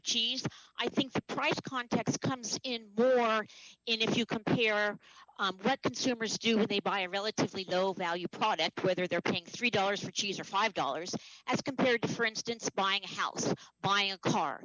cheese i think the price context comes in birth if you compare what consumers do what they buy a relatively low value product whether they're paying three dollars for cheese or five dollars as compared to for instance buying a house buying a car